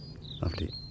Lovely